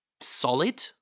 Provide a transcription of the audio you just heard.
solid